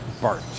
BART